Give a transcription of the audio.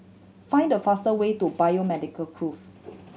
find the faster way to Biomedical Grove